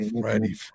Freddie